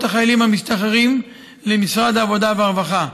החיילים המשתחררים למשרד העבודה והרווחה.